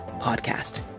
podcast